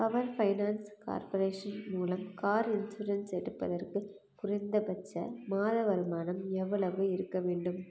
power finance corporation மூலம் car insurance எடுப்பதற்கு குறைந்தபட்ச மாத வருமானம் எவ்வளவு இருக்கவேண்டும்